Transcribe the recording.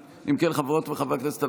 חברות וחברי הכנסת,